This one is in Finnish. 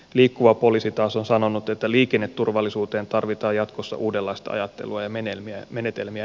liikkuva poliisi taas on sanonut että liikenneturvallisuuteen tarvitaan jatkossa uudenlaista ajattelua ja menetelmiä